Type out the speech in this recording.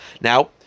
Now